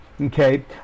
okay